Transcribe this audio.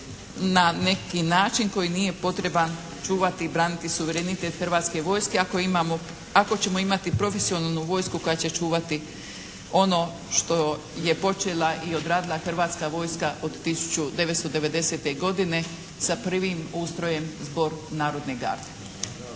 na neki način koji nije potreban čuvati i braniti suverenitet hrvatske vojske ako ćemo imati profesionalnu vojsku koja će čuvati ono što je počela i odradila hrvatska vojska od 1990. godine sa prvim ustrojem zbor narodne garde.